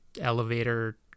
elevator